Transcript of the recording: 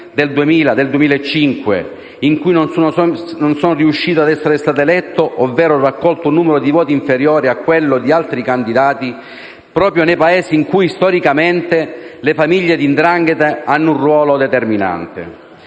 del 2005 in cui non sono riuscito a essere eletto, ovvero ho raccolto un numero di voti inferiore a quello di altri candidati proprio nei paesi in cui, storicamente, le famiglie della 'ndrangheta hanno un ruolo determinante.